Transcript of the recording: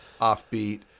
offbeat